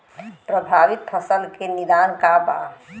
प्रभावित फसल के निदान का बा?